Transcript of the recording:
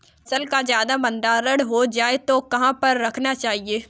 फसल का ज्यादा भंडारण हो जाए तो कहाँ पर रखना चाहिए?